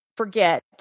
forget